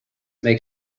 make